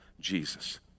Jesus